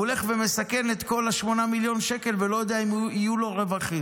והוא הולך ומסכן את כל ה-8 מיליון שקל ולא יודע אם יהיו לו רווחים.